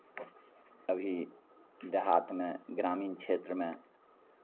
अभी देहातमे ग्रामीण क्षेत्रमे